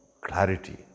clarity